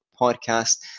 podcast